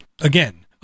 again